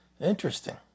Interesting